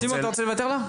סימון, אתה רוצה לוותר לה?